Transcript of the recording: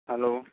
hello